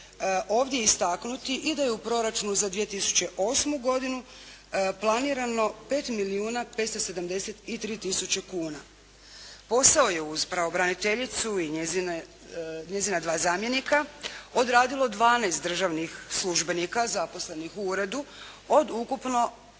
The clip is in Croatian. ovdje istaknuti i da je u proračunu za 2008. godinu planirano 5 milijuna 573 tisuće kuna. Posao je uz pravobraniteljicu i njezina dva zamjenika odradilo 12 državnih službenika zaposlenih u uredu od ukupno